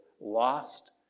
lost